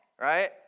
right